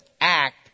act